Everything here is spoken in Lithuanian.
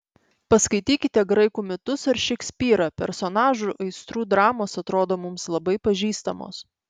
paskaitykite graikų mitus ar šekspyrą personažų aistrų dramos atrodo mums labai pažįstamos